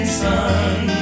sun